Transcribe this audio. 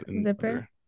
Zipper